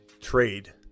trade